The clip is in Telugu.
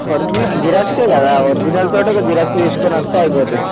ఒరిజినల్ జిరాక్స్ ఏ కదా ఒరిజినల్ తోటి ఒక జిరాక్స్ తీసుకుని వస్తే అయిపోతుంది